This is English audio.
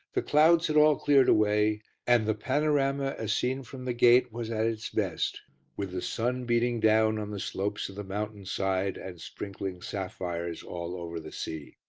the clouds had all cleared away and the panorama, as seen from the gate, was at its best with the sun beating down on the slopes of the mountain-side and sprinkling sapphires all over the sea.